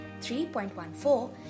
3.14